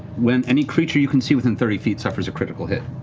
when any creature you can see within thirty feet suffers a critical hit.